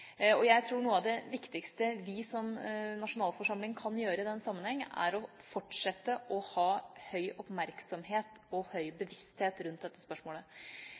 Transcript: og jeg tror noe av det viktigste vi som nasjonalforsamling kan gjøre i den sammenheng, er å fortsette å ha høy oppmerksomhet og høy bevissthet rundt dette spørsmålet.